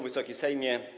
Wysoki Sejmie!